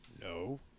No